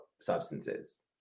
substances